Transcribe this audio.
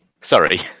Sorry